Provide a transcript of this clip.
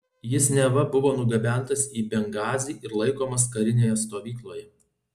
jis neva buvo nugabentas į bengazį ir laikomas karinėje stovykloje